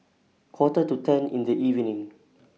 Quarter to ten in The evening